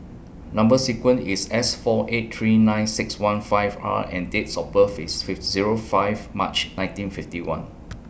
Number sequence IS S four eight three nine six one five R and Dates of birth IS Zero five March nineteen fifty one